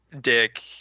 Dick